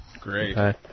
Great